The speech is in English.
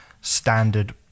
standard